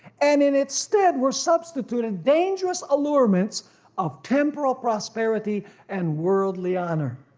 and in its stead were substituted dangerous allurements of temporal prosperity and worldly honor.